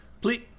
Please